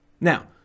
Now